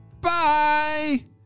Bye